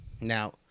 Now